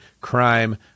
crime